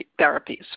therapies